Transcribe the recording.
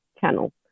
channel